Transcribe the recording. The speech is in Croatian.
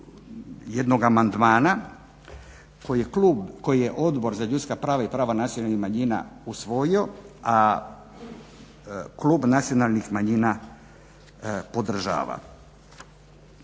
jednog amandmana koji je Odbor za ljudska prava i prava nacionalnih manjina usvojio, a klub Nacionalnih manjina podržava.